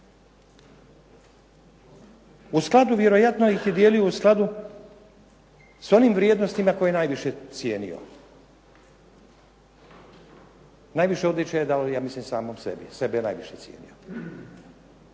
U skladu, vjerojatno ih je dijelio u skladu s onim vrijednostima koje najviše cijenio. Najviše odličja je dao ja mislim samom sebi, sebe je najviše cijenio.